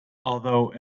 although